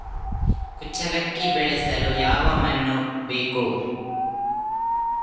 ಕುಚ್ಚಲಕ್ಕಿ ಬೆಳೆಸಲು ಯಾವ ಮಣ್ಣು ಬೇಕು?